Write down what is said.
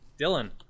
Dylan